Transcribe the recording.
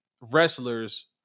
wrestlers